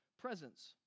presence